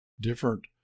different